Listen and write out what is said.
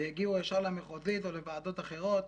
ויגיעו ישר למחוזית או לוועדות אחרות.